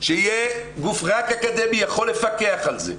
רק גוף אקדמי יכול לפקח על זה.